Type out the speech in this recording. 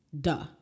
duh